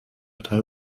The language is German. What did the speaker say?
partei